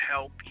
Help